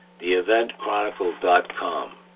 TheEventChronicle.com